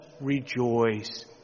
rejoice